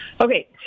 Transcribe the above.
Okay